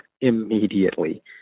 immediately